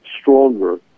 stronger